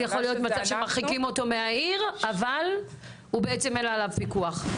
אז יכול להיות מצב שמרחיקים אותו מהעיר אבל בעצם אין עליו פיקוח?